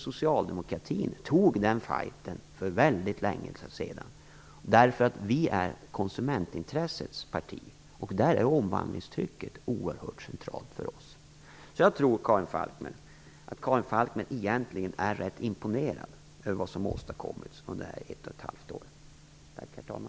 Socialdemokratin tog den fajten för väldigt länge sedan därför att vi är konsumentintressets parti, och omvandlingstrycket är oerhört centralt för oss. Jag tror att Karin Falkmer egentligen är rätt imponerad över vad som har åstadkommits under ett och ett halvt års tid.